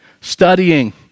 studying